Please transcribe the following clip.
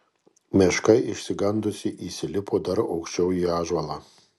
meška išsigandusi įsilipo dar aukščiau į ąžuolą